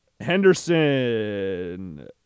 Henderson